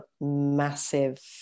massive